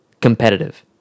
competitive